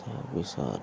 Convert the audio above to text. তাৰ পিছত